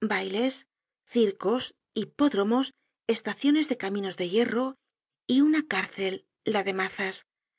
bailes circos hipódromos estaciones de caminos de hierro y una cárcel la de mazas